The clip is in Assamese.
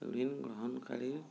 ঋণ গ্ৰহণকাৰী